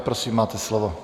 Prosím, máte slovo.